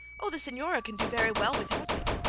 oh, the signora can do very well without me.